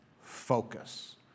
focus